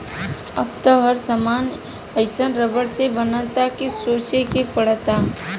अब त हर सामान एइसन रबड़ से बनता कि सोचे के पड़ता